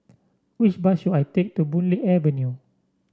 which bus should I take to Boon Lay Avenue